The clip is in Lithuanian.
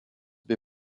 bei